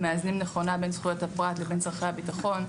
מאזנים נכונה בין זכויות הפרט לבין צורכי הביטחון,